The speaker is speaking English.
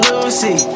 Lucy